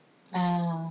oh